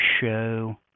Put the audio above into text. show